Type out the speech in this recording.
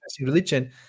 religion